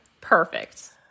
Perfect